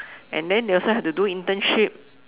and then they also have to do internship